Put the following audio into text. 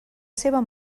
seva